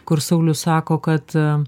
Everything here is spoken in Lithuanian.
kur saulius sako kad